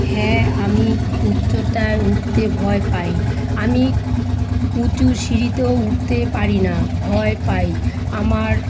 হ্যাঁ আমি উচ্চতায় উঠতে ভয় পাই আমি উঁচু সিঁড়িতেও উঠতে পারি না ভয় পাই আমার